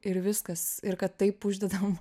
ir viskas ir kad taip uždedam